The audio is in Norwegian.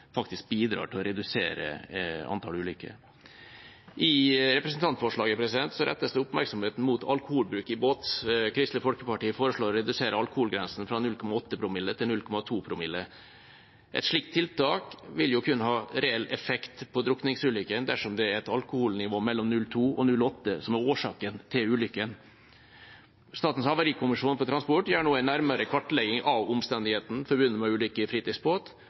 faktisk bidrar til å redusere antall ulykker. I representantforslaget rettes oppmerksomheten mot alkoholbruk i båt. Kristelig Folkeparti foreslår å redusere alkoholgrensen fra 0,8 til 0,2 promille. Et slikt tiltak vil kun ha reell effekt på drukningsulykkene dersom det er et alkoholnivå mellom 0,2 og 0,8 promille som er årsaken til ulykken. Statens havarikommisjon for transport gjør nå en nærmere kartlegging av omstendighetene forbundet med ulykker med fritidsbåt,